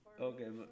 Okay